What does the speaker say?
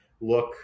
look